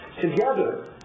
together